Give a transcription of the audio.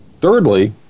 Thirdly